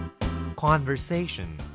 Conversation